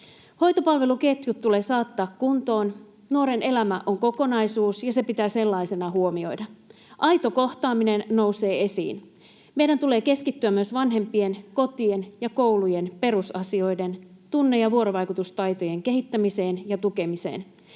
Hoitopalveluketjut tulee saattaa kuntoon. Nuoren elämä on kokonaisuus, ja se pitää sellaisena huomioida. Aito kohtaaminen nousee esiin. Meidän tulee keskittyä myös vanhempien, kotien ja koulujen perusasioiden, kuten tunne- ja vuorovaikutustaitojen, kehittämiseen ja tukemiseen.